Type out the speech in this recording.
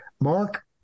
Mark